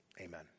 Amen